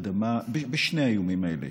בשני האיומים האלה